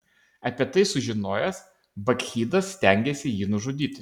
apie tai sužinojęs bakchidas stengėsi jį nužudyti